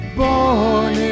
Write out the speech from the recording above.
born